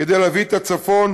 כדי להביא את הצפון